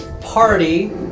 party